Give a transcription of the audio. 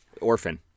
Orphan